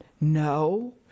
no